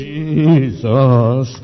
Jesus